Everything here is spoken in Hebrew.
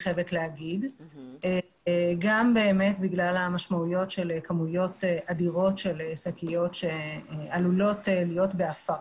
גם בגלל המשמעויות של כמויות אדירות של שקיות שעלולות להיות בהפרה.